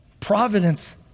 Providence